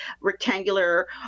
rectangular